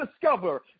discover